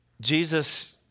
Jesus